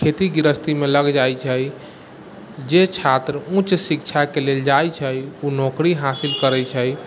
खेती गृहस्थीमे लग जाइत छै जे छात्र उच्च शिक्षाके लेल जाइत छै ओ नौकरी हासिल करैत छै